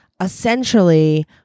essentially